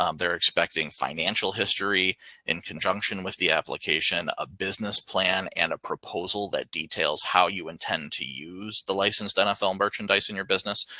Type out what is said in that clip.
um they're expecting financial history in conjunction with the application, a business plan and a proposal that details how you intend to use the licensed nfl merchandise in your business.